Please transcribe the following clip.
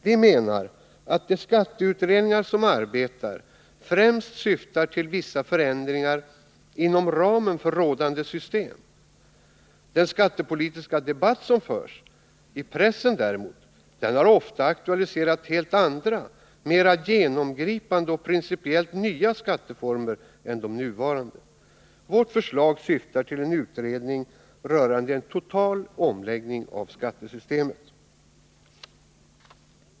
Vi menar att de skatteutredningar som arbetar främst syftar till vissa förändringar inom ramen för rådande system. Den skattepolitiska debatt som förs i pressen däremot har ofta aktualiserat helt andra, mera genomgripande och principiellt nya skatteformer än de nuvarande. Vårt förslag syftar till en utredning rörande en total omläggning av skattesystemet.